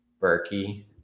Berkey